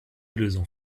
lösung